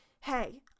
hey